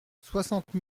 soixante